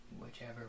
whichever